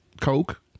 Coke